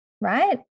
right